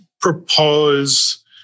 propose